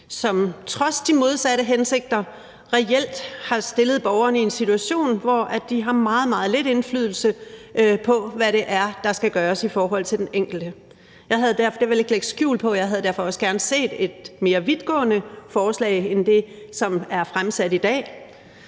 som trods de modsatte hensigter reelt har stillet borgerne i en situation, hvor de har meget, meget lidt indflydelse på, hvad det er, der skal gøres i forhold til den enkelte. Jeg havde derfor også gerne set, og det vil jeg ikke lægge skjul på, et mere vidtgående forslag end det, som er fremsat i dag.